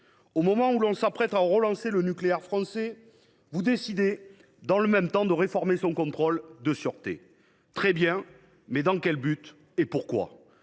au moment où l’on s’apprête à relancer le nucléaire français, le Gouvernement décide dans le même temps de réformer le contrôle de sa sûreté. Très bien, mais dans quel but, et pourquoi ?